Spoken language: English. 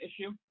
issue